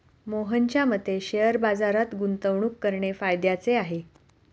मोहनच्या मते शेअर बाजारात गुंतवणूक करणे फायद्याचे आहे